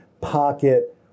pocket